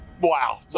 wow